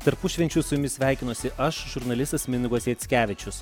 tarpušvenčiu su jumis sveikinuosi aš žurnalistas mindaugas jackevičius